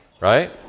Right